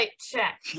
check